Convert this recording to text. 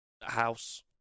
house